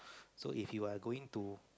so if you're going to